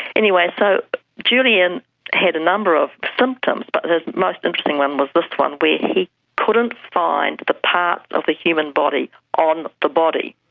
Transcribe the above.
anyway, so julian had a number of symptoms, but his most interesting one was this one, where and he couldn't find the parts of the human body on the body.